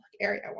area